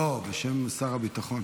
לא, בשם שר הביטחון,